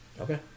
Okay